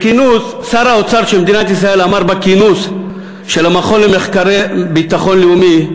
שר האוצר של מדינת ישראל אמר בכינוס של המכון למחקרי ביטחון לאומי,